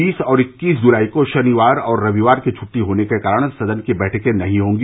बीस और इक्कीस जुलाई को षनिवार और रविवार की छुट्टी होने के कारण सदन की बैठके नहीं होंगी